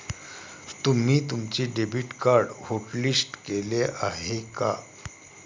तुम्ही तुमचे debit card hotlist केले आहे का?